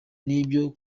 n’ibyo